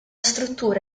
struttura